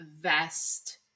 vest